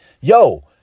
yo